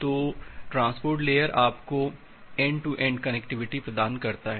तो transport layer आपको end to end connectivity प्रदान करता है